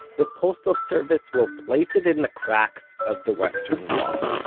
the postal service will place it in the cracks of the western wall.